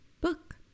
book